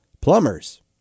Plumbers